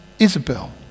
isabel